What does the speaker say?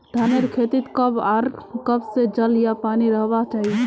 धानेर खेतीत कब आर कब से जल या पानी रहबा चही?